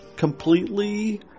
Completely